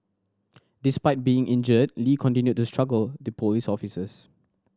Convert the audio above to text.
despite being injured Lee continued to struggle the police officers